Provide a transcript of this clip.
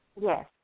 Yes